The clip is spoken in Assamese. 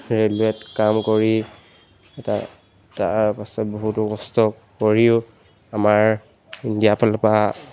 ৰেলৱে'ত কাম কৰি তাৰ তাৰপাছত বহুতো কষ্ট কৰিও আমাৰ ইণ্ডিয়াৰ ফালৰপৰা